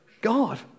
God